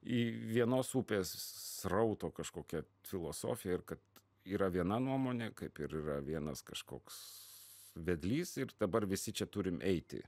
į vienos upės srauto kažkokią filosofiją ir kad yra viena nuomonė kaip ir yra vienas kažkoks vedlys ir dabar visi čia turim eiti